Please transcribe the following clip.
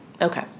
Okay